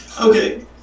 Okay